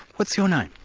what's your name?